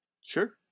Sure